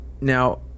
Now